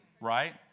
right